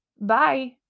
Bye